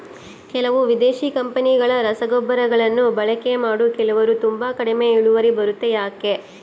ಕೆಲವು ವಿದೇಶಿ ಕಂಪನಿಗಳ ರಸಗೊಬ್ಬರಗಳನ್ನು ಬಳಕೆ ಮಾಡಿ ಕೆಲವರು ತುಂಬಾ ಕಡಿಮೆ ಇಳುವರಿ ಬರುತ್ತೆ ಯಾಕೆ?